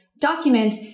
document